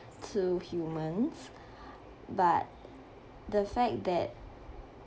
to humans but the fact that